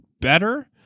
better